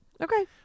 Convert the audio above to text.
Okay